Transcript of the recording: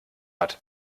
hat